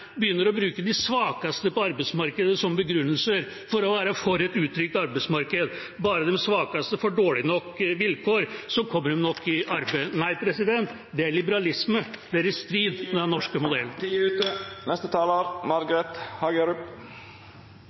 begynner å bruke de svakeste på arbeidsmarkedet som begrunnelse for å være for et utrygt arbeidsmarked – bare de svakeste får dårlige nok vilkår, kommer de nok i arbeid. Nei, det er liberalisme, det er i strid med den norske modellen.